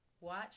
watch